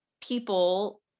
People